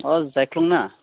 अ जायख्लंना